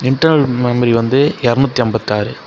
internal memory வந்து எரநூற்றி ஐம்பத்தி ஆறு